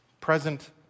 present